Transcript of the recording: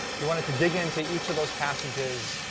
you wanted to dig into each of those passages,